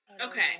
okay